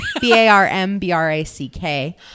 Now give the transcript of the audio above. B-A-R-M-B-R-A-C-K